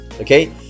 okay